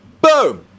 boom